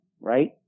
right